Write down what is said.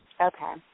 Okay